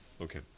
Okay